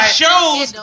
shows